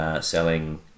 selling